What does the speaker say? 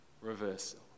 reversal